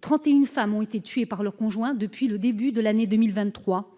31 femmes ont été tuées par leur conjoint depuis le début de l'année 2023.